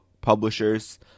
publishers